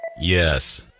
Yes